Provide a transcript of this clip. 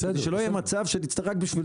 שלא יהיה מצב שרק בשביל